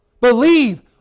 believe